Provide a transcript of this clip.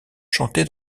chanter